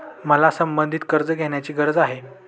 मला संबंधित कर्ज घेण्याची गरज आहे